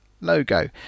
logo